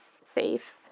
safe